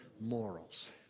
morals